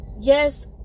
Yes